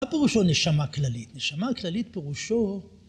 מה פירושו נשמה כללית? נשמה כללית פירושו...